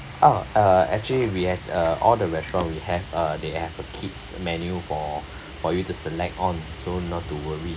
ah uh actually we have uh all the restaurant we have uh they have a kids menu for for you to select on so not to worry